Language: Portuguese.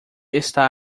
está